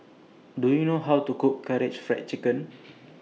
Do YOU know How to Cook Karaage Fried Chicken